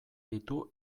ditu